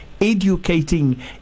educating